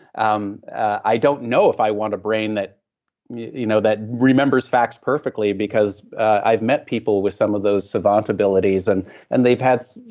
um i don't know if i want a brain that you know that remembers facts perfectly because i've met people with some of those savant abilities and and they've had,